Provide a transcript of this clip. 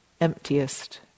emptiest